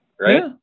right